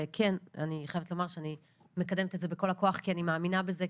וכן אני חייבת לומר שאני מקדמת את זה בכל הכוח כי אני מאמינה בזה,